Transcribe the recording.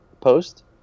post